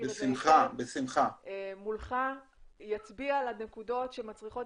ישבו מולך ויצביעו על הנקודות שמצריכות